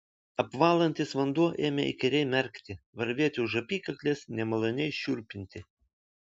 apvalantis vanduo ėmė įkyriai merkti varvėti už apykaklės nemaloniai šiurpinti